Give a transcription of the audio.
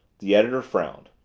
the editor frowned.